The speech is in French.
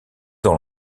dans